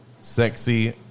Sexy